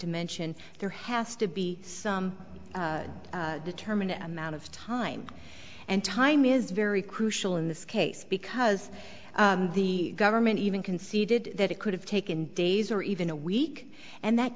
to mention there has to be some determined amount of time and time is very crucial in this case because the government even conceded that it could have taken days or even a week and that